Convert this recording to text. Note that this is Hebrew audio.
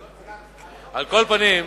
על כל פנים,